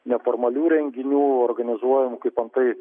neformalių renginių organizuojamų kaip antai